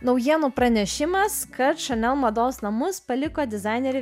naujienų pranešimas kad chanel mados namus paliko dizainerė